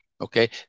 Okay